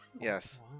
Yes